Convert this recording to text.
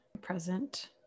present